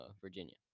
Virginia